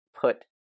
put